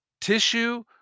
tissue